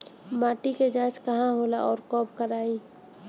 माटी क जांच कहाँ होला अउर कब कराई?